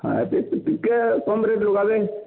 ହଁ ଟିକେ କମ୍ ରେଟ୍ ଲଗାବେ